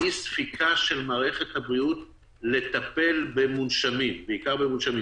אי-ספיקה של מערכת הבריאות לטפל בעיקר במונשמים,